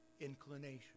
inclination